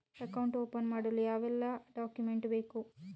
Account open ಮಾಡಲು ಯಾವೆಲ್ಲ document ಬೇಕು?